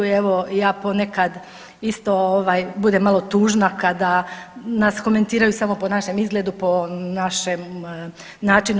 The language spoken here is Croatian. I evo ja ponekad isto budem malo tužna kada nas komentiraju samo po našem izgledu, po našem načinu